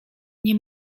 nie